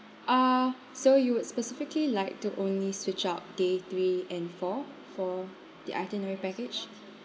uh so you would specifically like to only switch out day three and four for the itinerary package